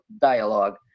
dialogue